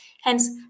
hence